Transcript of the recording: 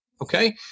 Okay